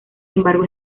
embargo